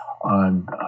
on